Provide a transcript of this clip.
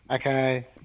Okay